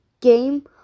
game